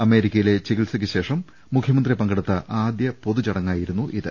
അമേരിക്കയിലെ ചികിത്സക്ക് ശേഷം മുഖ്യമന്ത്രി പങ്കെ ടുത്ത ആദ്യ പൊതുചടങ്ങായിരുന്നും ഇത്